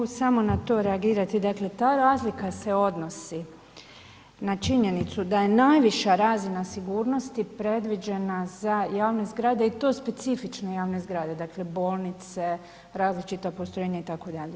Ako mogu samo na to reagirati, dakle ta razlika se odnosi na činjenicu da je najviša razina sigurnosti predviđena za javne zgrade i to specifične javne zgrade, dakle, bolnice, različita postrojenja, itd.